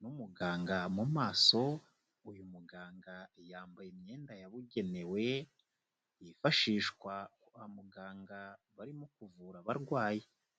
n'umuganga mu maso, uyu muganga yambaye imyenda yabugenewe yifashishwa kwa muganga barimo kuvura abarwayi.